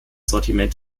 sortiment